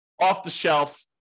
off-the-shelf